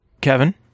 Kevin